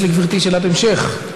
יש לגברתי שאלת המשך.